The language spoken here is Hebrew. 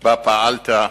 שבה פעלת,